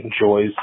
enjoys